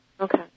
Okay